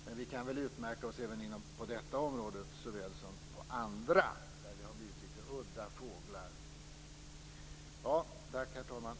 Men vi kan väl utmärka oss på detta område såväl som på andra, där vi har blivit litet udda fåglar. Tack, herr talman!